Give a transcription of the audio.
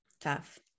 Tough